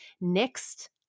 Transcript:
next